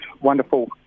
wonderful